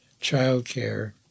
childcare